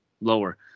lower